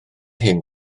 hyn